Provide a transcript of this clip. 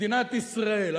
מדינת ישראל,